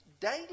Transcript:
daily